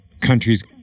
countries